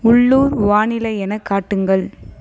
உள்ளூர் வானிலை என காட்டுங்கள்